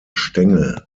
stängel